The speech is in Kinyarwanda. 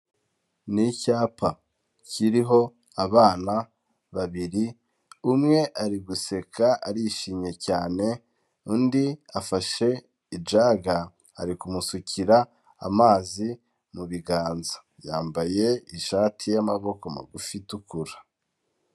Ni icyapa kiriho abana babiri umwe ari guseka arishimye cyane, undi afashe ijaga ari kumusukira amazi mu biganza, yambaye ishati y'amaboko magufi itukura.